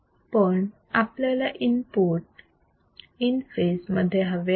पण आपल्याला input in phase मध्ये हवे आहे